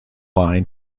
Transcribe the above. line